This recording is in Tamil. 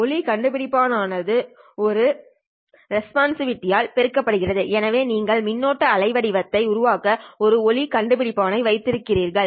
ஒளி கண்டுபிடிப்பான் ஆனது இந்த ரெஸ்பான்சிவிட்டியால் பெருக்கப்படுகிறது எனவே நீங்கள் மின்னோட்டம் அலைவடிவத்தை உருவாக்க ஒரு ஒளி கண்டுபிடிப்பானை வைத்திருக்கிறீர்கள்